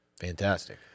fantastic